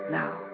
now